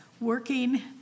working